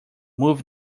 move